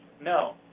No